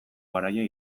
garaia